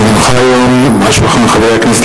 כי הונחה היום על שולחן הכנסת,